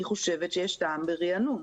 אני חושבת שיש טעם בריענון.